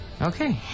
okay